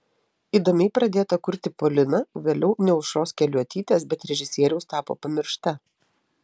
įdomiai pradėta kurti polina vėliau ne aušros keliuotytės bet režisieriaus tapo pamiršta